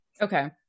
Okay